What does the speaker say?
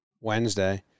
Wednesday